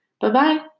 Bye-bye